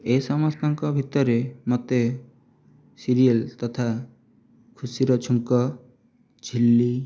ଏ ସମସ୍ତଙ୍କ ଭିତରେ ମୋତେ ସିରିଏଲ ତଥା ଖୁସିର ଛୁଙ୍କ ଝିଲି